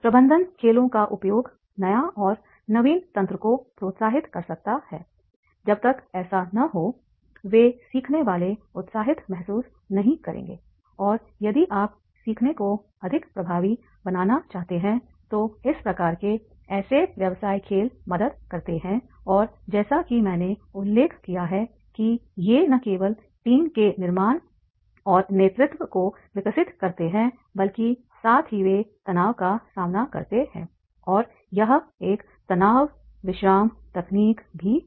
प्रबंधन खेलों का उपयोग नया और नवीन तंत्र को प्रोत्साहित कर सकता है जब तक ऐसा न हो वे सीखने वाले उत्साहित महसूस नहीं करेंगे और यदि आप सीखने को अधिक प्रभावी बनाना चाहते हैं तो इस प्रकार के ऐसे व्यवसाय खेल मदद करते हैं और जैसा कि मैंने उल्लेख किया है कि ये न केवल टीम के निर्माण और नेतृत्व को विकसित करते हैं बल्कि साथ ही वे तनाव का सामना करते हैं और यह एक तनाव विश्राम तकनीक भी है